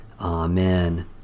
Amen